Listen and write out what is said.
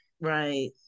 Right